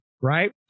right